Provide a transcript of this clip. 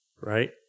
right